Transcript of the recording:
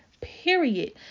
Period